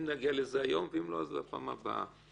אם נגיע לזה היום, ואם לא אז לפעם הבאה.